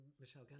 Michelle